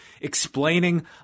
explaining